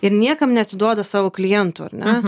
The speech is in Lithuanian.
ir niekam neatiduoda savo klientų ar ne